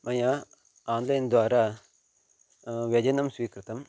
मया आन्लैन् द्वारा व्यजनं स्वीकृतं